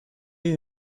you